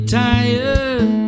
tired